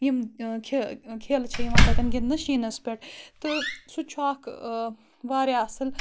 یِم کھیلہٕ چھےٚ یِوان تَتؠن گِندنہٕ شیٖنَس پؠٹھ تہٕ سُہ چھِ اَکھ واریاہ اَصل